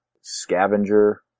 Scavenger